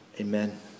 Amen